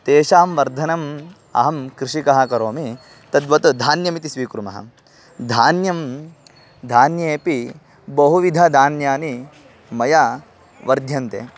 तेषां वर्धनम् अहं कृषिकः करोमि तद्वत् धान्यम् इति स्वीकुर्मः धान्यं धान्येऽपि बहुविधधान्यानि मया वर्ध्यन्ते